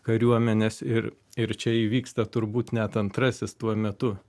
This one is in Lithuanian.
kariuomenės ir ir čia įvyksta turbūt net antrasis tuo metu